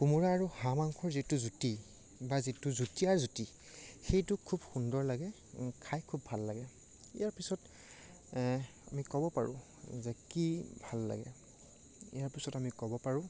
কোমোৰা আৰু হাঁহ মাংসৰ যিটো জুতি বা যিটো যুটীয়া জুতি সেইটো খুব সুন্দৰ লাগে খাই খুব ভাল লাগে ইয়াৰ পিছত আমি ক'ব পাৰোঁ যে কি ভাল লাগে ইয়াৰ পিছত আমি ক'ব পাৰোঁ